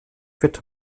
wird